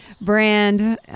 brand